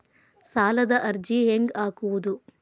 ಸಾಲದ ಅರ್ಜಿ ಹೆಂಗ್ ಹಾಕುವುದು?